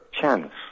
chance